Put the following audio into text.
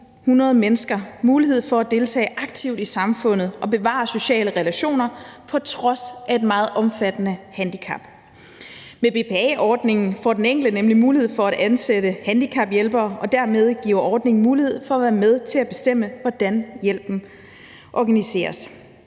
1.800 mennesker mulighed for at deltage aktivt i samfundet og bevare sociale relationer på trods af et meget omfattende handicap. Med BPA-ordningen får den enkelte nemlig mulighed for at ansætte handicaphjælpere, og dermed giver ordningen mulighed for at være med til at bestemme, hvordan hjælpen organiseres.